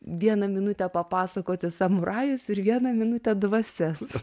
vieną minutę papasakoti samurajus ir vieną minutę dvasias